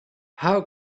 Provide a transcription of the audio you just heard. how